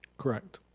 correct.